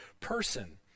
person